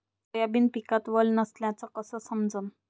Soybean पिकात वल नसल्याचं कस समजन?